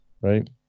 Right